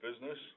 business